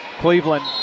Cleveland